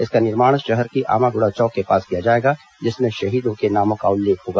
इसका निर्माण शहर के आमागुड़ा चौक के पास किया जाएगा जिसमें शहीदों के नामों का उल्लेख होगा